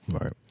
Right